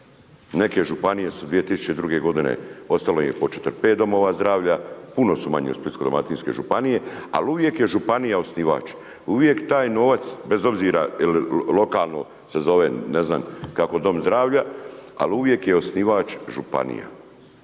Neke županije su 2002. godine ostalo im je 4-5 domova zdravlja, puno su manje u Splitsko-dalmatinskoj županije, ali uvijek je županija osnivač. Uvijek taj novac bez obzira je li lokalno se zove ne znam kako, dom zdravlja, ali uvijek je osnivač županija,